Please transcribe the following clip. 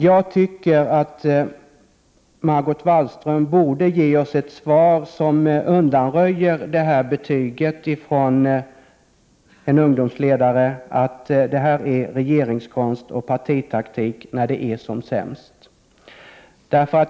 Jag tycker att Margot Wallström borde ge oss ett svar som undanröjer betyget från idrottsrörelsen, att detta är regeringskonst och partitaktik när den är som sämst.